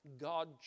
God